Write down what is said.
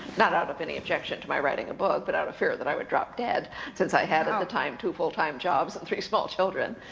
not out of any objection to my writing a book, but out of fear that i would drop dead since i had at the time, two full-time jobs and three small children.